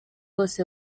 wose